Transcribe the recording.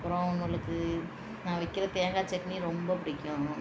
அப்புறோம் அவங்களுக்கு நான் வைக்கிற தேங்காய் சட்னி ரொம்ப பிடிக்கும்